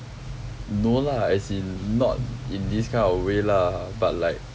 no lah as in not in this kind of way lah but like